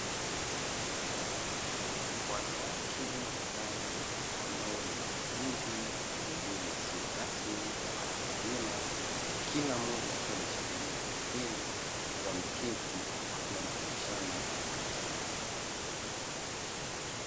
Wanawake watatu ambao ni wanafunzi wa elimu isiyo rasmi ya watu wazima kila mmoja akiwa ameshikilia penseli wameketi wakiwa wanafundishana kuandika.